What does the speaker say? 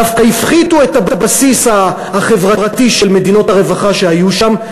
דווקא הפחיתו את הבסיס החברתי של מדינות הרווחה שהיו שם,